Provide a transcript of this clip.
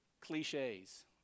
cliches